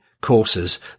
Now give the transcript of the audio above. courses